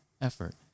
effort